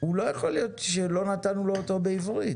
לא יכול להיות שלא נתנו לו אותו בעברית.